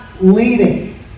leading